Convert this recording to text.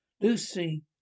Lucy